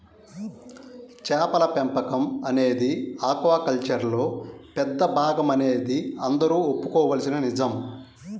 చేపల పెంపకం అనేది ఆక్వాకల్చర్లో పెద్ద భాగమనేది అందరూ ఒప్పుకోవలసిన నిజం